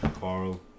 Carl